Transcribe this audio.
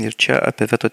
ir čia apie veto